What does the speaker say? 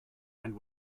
and